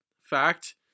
fact